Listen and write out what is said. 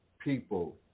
people